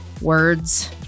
Words